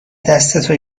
دستتو